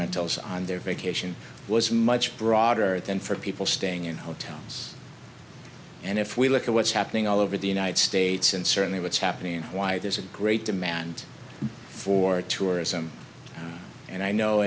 rentals on their vacation was much broader than for people staying in hotels and if we look at what's happening all over the united states and certainly what's happening why there's a great demand for tourism and i know